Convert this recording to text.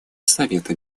совета